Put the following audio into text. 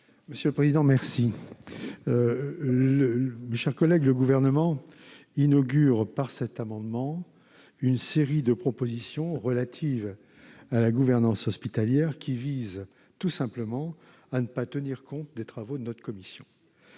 Quel est l'avis de la commission ? Le Gouvernement inaugure par cet amendement une série de propositions relatives à la gouvernance hospitalière, qui visent tout simplement à ne pas tenir compte des travaux de notre commission.